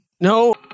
No